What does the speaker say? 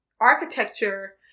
architecture